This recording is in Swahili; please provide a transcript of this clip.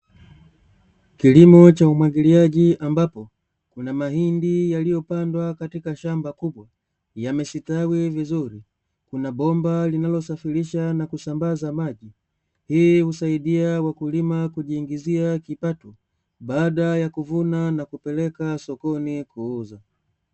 Kilimo cha umwagiliaji ambapo kuna mahindi, yaliyo pandwa katika shamba kubwa, yamesitawi vizuri, huku kuna bomba linalosafiridha na kusambazaaji majina hii husaidia wakulima kujipatia kipato baada ya kuvuna na kupeleka sokoni kuuzwa.